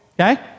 okay